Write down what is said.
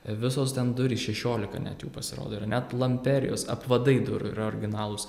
visos ten durys šešiolika net jų pasirodo yra net lamperijos apvadai durų yra originalūs